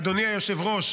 אדוני היושב-ראש,